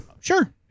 Sure